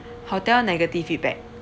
hotel negative feedback